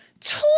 Two